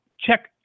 check